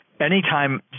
Anytime